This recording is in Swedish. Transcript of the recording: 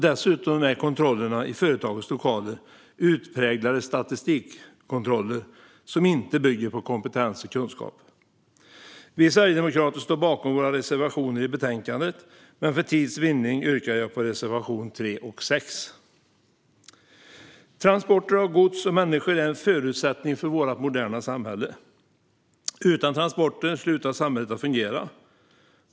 Dessutom är kontrollerna i företagens lokaler utpräglade statistikkontroller som inte bygger på kompetens och kunskap. Vi sverigedemokrater står bakom våra reservationer i betänkandet, men för tids vinnande yrkar jag bifall endast till reservationerna 3 och 6. Transporter av gods och människor är en förutsättning för vårt moderna samhälle. Utan transporter slutar samhället att fungera.